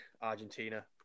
Argentina